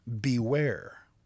Beware